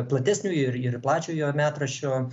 platesnio ir ir plačiojo metraščio